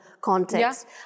context